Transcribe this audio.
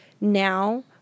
now